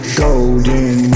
golden